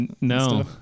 no